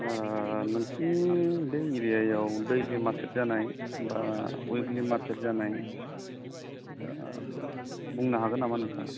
नोंसोरनि बे जिल्लायाव दैलि मारकेट जानाय बा विकलि मारकेट जानाय बुंनो हागोन नामा नोंथाङा